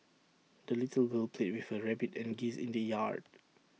the little girl played with her rabbit and geese in the yard